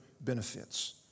benefits